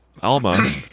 Alma